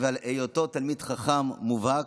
אלא על היותו תלמיד חכם מובהק,